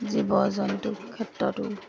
জীৱ জন্তুৰ ক্ষেত্ৰতো